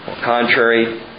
contrary